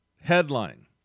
Headline